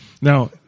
Now